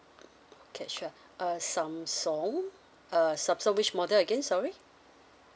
okay sure uh samsung uh samsung which model again sorry